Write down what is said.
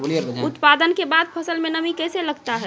उत्पादन के बाद फसल मे नमी कैसे लगता हैं?